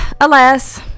Alas